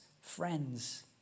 friends